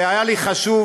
זה היה לי חשוב,